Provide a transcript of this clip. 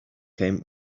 came